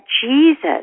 Jesus